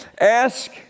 Ask